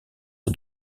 sur